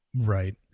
right